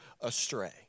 astray